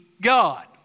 God